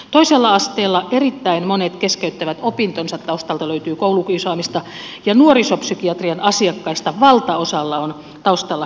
toisella asteella erittäin monen opintonsa keskeyttävän taustalta löytyy koulukiusaamista ja nuorisopsykiatrian asiakkaista valtaosalla on taustalla koulukiusaamista